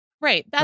Right